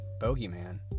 Bogeyman